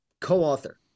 co-author